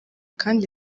kandi